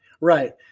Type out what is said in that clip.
Right